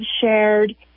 shared